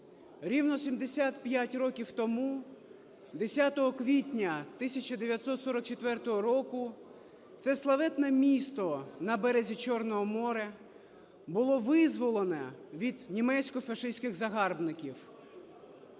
Рівно 75 років тому, 10 квітня 1944 року, це славетне місто на березі Чорного моря було визволене від німецько-фашистських загарбників.